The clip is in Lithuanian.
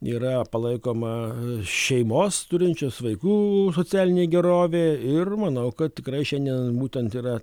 yra palaikoma šeimos turinčios vaikų socialinė gerovė ir manau kad tikrai šiandien būtent yra